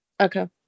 Okay